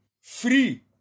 free